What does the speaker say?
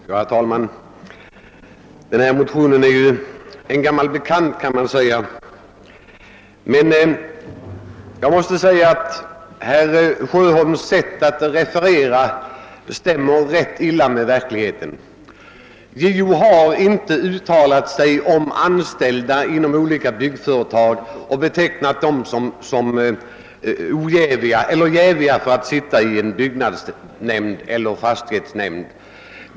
Herr talman! Förevarande motion är ju en gammal bekant, men jag måste säga att herr Sjöholms sätt att referera överensstämmer ganska illa med verkligheten. Justitieombudsmannen har inte betecknat anställda inom olika slags byggnadsföretag som jäviga såsom ledamöter av en byggnadsnämnd eller fastighetsnämnd.